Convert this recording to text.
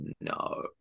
no